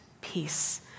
peace